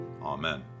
Amen